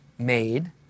made